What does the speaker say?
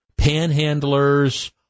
panhandlers